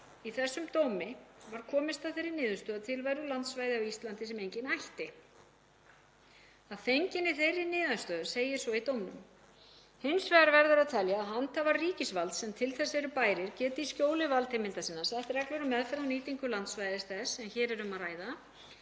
Í þessum dómi var komist að þeirri niðurstöðu að til væru landsvæði á Íslandi sem enginn hætti. Að fenginni þeirri niðurstöðu, segir svo í dómnum. „Hins vegar verður að telja, að handhafar ríkisvalds, sem til þess eru bærir, geti í skjóli valdheimilda sinna sett reglur um meðferð og nýtingu landsvæðis þess, sem hér er um að ræða,